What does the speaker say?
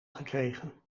gekregen